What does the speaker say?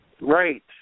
Right